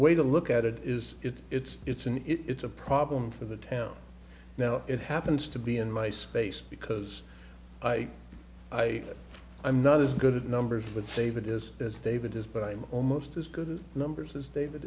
way to look at it is it's it's it's an it's a problem for the town now it happens to be in my space because i i i'm not as good at numbers but save it is as david does but i'm almost as good in numbers as david